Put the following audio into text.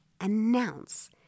Announce